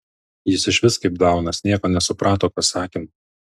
jis išvis kaip daunas nieko nesuprato ką sakėm